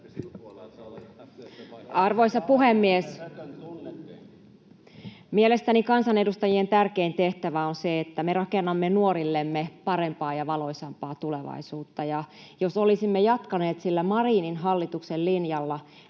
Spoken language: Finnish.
Arvoisa puhemies! Mielestäni kansanedustajien tärkein tehtävä on se, että me rakennamme nuorillemme parempaa ja valoisampaa tulevaisuutta. Jos olisimme jatkaneet sillä Marinin hallituksen linjalla,